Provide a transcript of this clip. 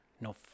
no